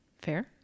Fair